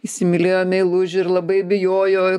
įsimylėjo meilužį ir labai bijojo